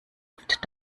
oft